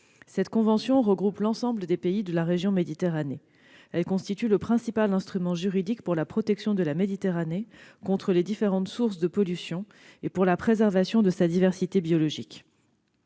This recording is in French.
Cette convention regroupe l'ensemble des pays de la région Méditerranée. Elle constitue le principal instrument juridique pour la protection de la Méditerranée contre les différentes sources de pollution et pour la préservation de sa diversité biologique.